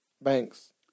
Banks